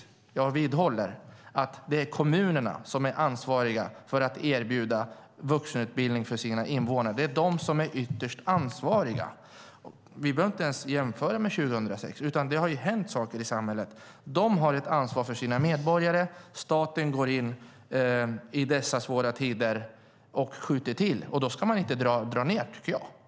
Jag vidhåller att det är kommunerna som är ansvariga för att erbjuda vuxenutbildning för sina invånare. Det är de som är ytterst ansvariga. Vi behöver inte ens jämföra med 2006. Det har hänt saker i samhället. Kommunerna har ett ansvar för sina medborgare. Staten går i dessa svåra tider in och skjuter till medel. Då tycker inte jag att kommunerna ska dra ned.